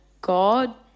God